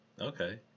Okay